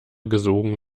gesogen